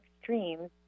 extremes